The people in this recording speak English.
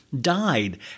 died